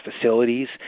facilities